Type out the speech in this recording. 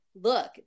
look